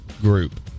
group